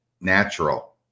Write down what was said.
natural